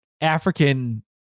African